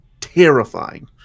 terrifying